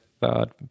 thought